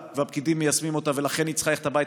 והפקידים מיישמים אותה ולכן היא צריכה ללכת הביתה,